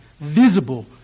visible